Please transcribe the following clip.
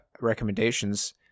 recommendations